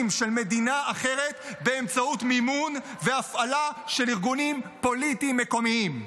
של מדינה אחרת באמצעות מימון והפעלה של ארגונים פוליטיים מקומיים.